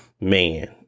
man